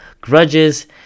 grudges